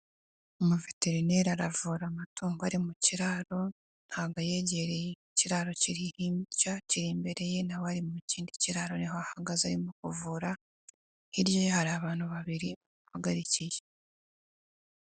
Umuveterineri aravura amatungo ari mu kiraro, ntago ayegereye, ikiraro kiri hirya kiri imbere ye, nawe ari mu kindi kiraro niho ahagaze arimo kuvura, hirya hari abantu babiri bahagarikiye.